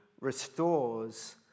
restores